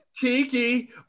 kiki